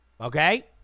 okay